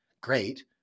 great